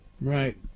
Right